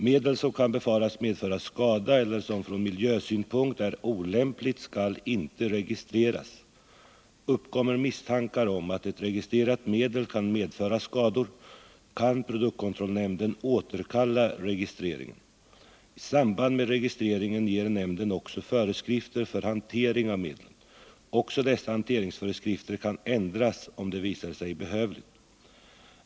Medel som kan befaras medföra skada eller som från miljösynpunkt är olämpligt skall inte registreras. UPpkommer misstankar om att ett registrerat medel kan medföra skador kan produktkontrollnämnden återkalla registreringen. I samband med registreringen ger nämnden också föreskrifter för hantering av medlen. Också dessa hanteringsföreskrifter kan ändras om det visar sig behövligt.